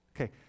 Okay